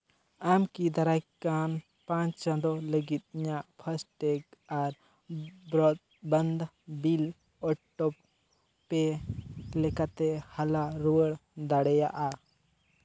ᱟᱢ ᱠᱤ ᱫᱟᱨᱟᱭᱠᱟᱱ ᱯᱟᱸᱪ ᱪᱟᱸᱫᱳ ᱞᱟᱹᱜᱤᱫ ᱤᱧᱟᱹᱜ ᱯᱷᱟᱥᱴᱴᱮᱠ ᱵᱚᱨᱵᱟᱱᱫᱟ ᱵᱤᱞ ᱚᱴᱳ ᱯᱮ ᱞᱮᱠᱟᱛᱮ ᱦᱟᱞᱟ ᱨᱩᱣᱟᱹᱲ ᱫᱟᱲᱮᱭᱟᱜᱼᱟ